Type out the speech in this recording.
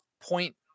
point